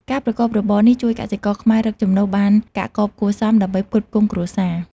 ការប្រកបរបរនេះជួយកសិករខ្មែររកចំណូលបានកាក់កបគួរសម ដើម្បីផ្គត់ផ្គង់គ្រួសារ។